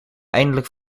eindelijk